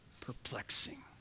perplexing